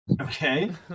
Okay